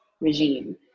regime